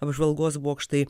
apžvalgos bokštai